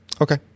Okay